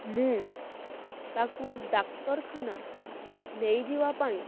ମୁଁ ତାକୁ ଡାକ୍ତରଖାନା ନେଇଯିବା ପାଇଁ